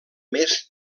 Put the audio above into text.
més